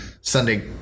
Sunday –